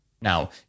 Now